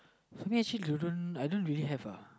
for me actually I don't I don't really have uh